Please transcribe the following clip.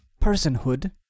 personhood